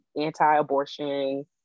anti-abortion